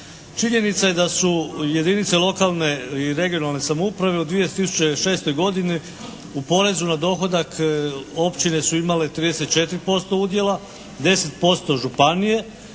Činjenica je da su jedinice lokalne i regionalne samouprave u 2006. godini u porezu na dohodak općine su imale 34% udjela, 10% županije